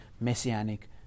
messianic